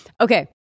Okay